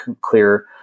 clear